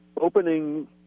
opening